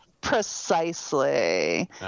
Precisely